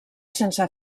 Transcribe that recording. sense